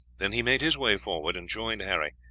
then he made his way forward, and joined harry,